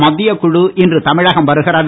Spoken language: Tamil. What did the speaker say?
மத்திய குழு இன்று தமிழகம் வருகிறது